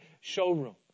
showroom